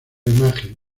imagen